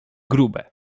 grube